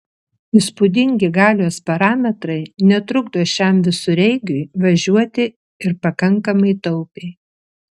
įspūdingi galios parametrai netrukdo šiam visureigiui važiuoti ir pakankamai taupiai